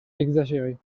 exagéré